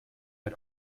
had